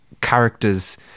characters